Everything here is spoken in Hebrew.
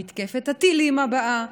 במתקפת הטילים הבאה,